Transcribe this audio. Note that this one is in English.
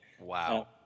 Wow